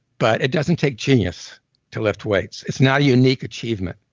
but it doesn't take genius to lift weights. it's not a unique achievement.